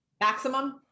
Maximum